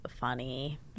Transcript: funny